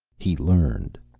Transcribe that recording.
he learned.